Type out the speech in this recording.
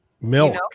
milk